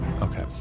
Okay